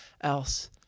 else